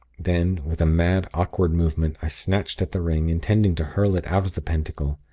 then, with a mad, awkward movement, i snatched at the ring, intending to hurl it out of the pentacle.